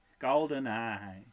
GoldenEye